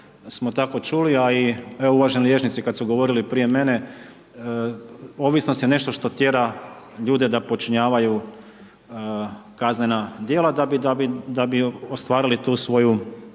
smo tako čuli, a i uvaženi liječnici kad su govorili prije mene, ovisnost je nešto što tjera ljude da počinjavaju kaznena djela da bi ostvarili tu svoju